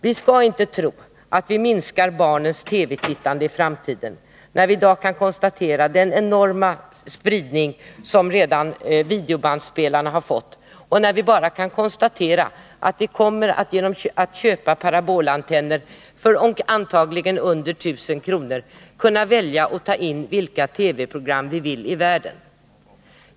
Vi skall inte tro att vi minskar barnens TV-tittande i framtiden, när vi i dag kan konstatera den enorma spridning som videobandspelarna redan har fått och när vi genom att köpa parabolantenner för antagligen mindre än 1 000 kr. kommer att kunna välja och ta in vilka TV-program i världen som vi vill.